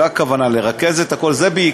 זו הכוונה, לרכז את הכול.